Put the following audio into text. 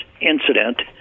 incident